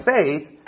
faith